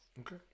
Okay